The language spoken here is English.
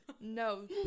No